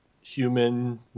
human